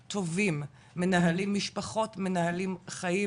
טובים, מנהלים משפחות, מנהלים חיים